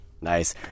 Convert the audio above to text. nice